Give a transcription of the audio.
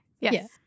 Yes